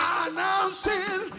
announcing